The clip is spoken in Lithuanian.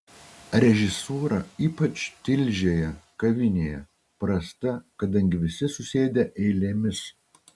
režisūra ypač tilžėje kavinėje prasta kadangi visi susėdę eilėmis